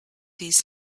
his